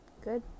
Good